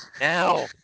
Now